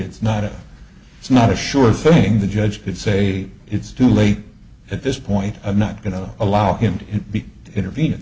it's not a it's not a sure thing the judge could say it's too late at this point i'm not going to allow him to be intervene